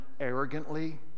arrogantly